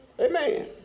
Amen